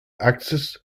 access